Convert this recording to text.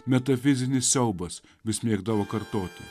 metafizinis siaubas vis mėgdavo kartoti